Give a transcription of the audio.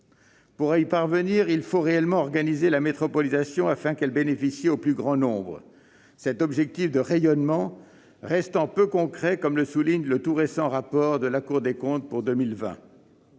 Pour y parvenir, il faut réellement organiser la métropolisation afin que celle-ci bénéficie au plus grand nombre. L'objectif de rayonnement reste cependant peu concret, ainsi que le souligne le tout récent rapport de la Cour des comptes pour 2020.